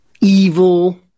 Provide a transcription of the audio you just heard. evil